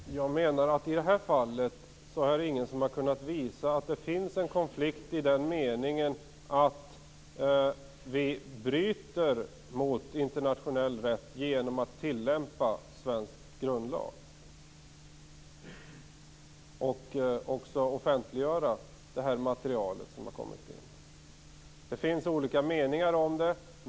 Herr talman! Jag menar att det i det här fallet inte är någon som har kunnat visa att det finns en konflikt i den meningen att vi bryter mot internationell rätt genom att tillämpa svensk grundlag och offentliggöra det material som har kommit in. Det finns olika meningar om det.